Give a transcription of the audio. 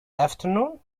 afternoon